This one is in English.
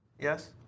Yes